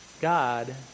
God